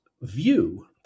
view